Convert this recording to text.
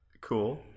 Cool